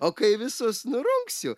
o kai visus nurungsiu